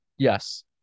Yes